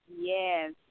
Yes